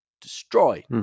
destroy